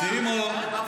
מה